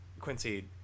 Quincy